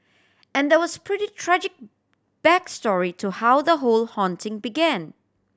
and there was pretty tragic back story to how the whole haunting began